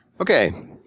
Okay